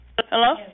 Hello